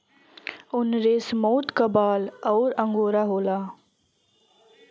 उनरेसमऊट क बाल अउर अंगोरा होला